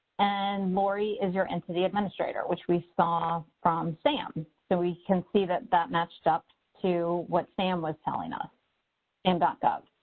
and lori is your entity administrator, which we saw from sam. so we can see that, that matched up to what sam was telling us in but gov.